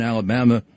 Alabama